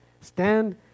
stand